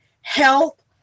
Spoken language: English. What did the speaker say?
health